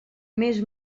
més